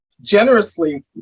generously